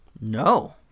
No